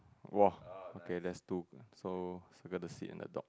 !wah! okay that's two so circle the seat and the dog